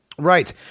right